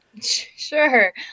Sure